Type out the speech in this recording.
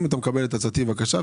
אם אתה מקבל את עצתי, בבקשה.